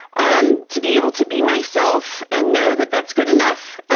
um to be able to be myself and know that that's good enough.